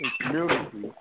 community